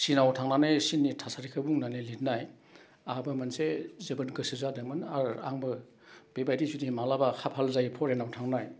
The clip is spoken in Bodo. चिनाव थांनानै चिननि थासारिखौ बुंनानै लिरनाय आहाबो मोनसे जोबोद गोसो जादोंमोन आरो आंबो बेबायदि जुदि मालाबा खाफाल जायो फरेनाव थांनाय